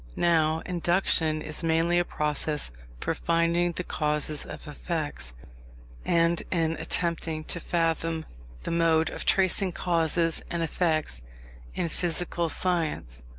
now, induction is mainly a process for finding the causes of effects and in attempting to fathom the mode of tracing causes and effects in physical science,